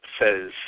says